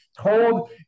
told